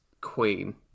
queen